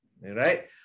Right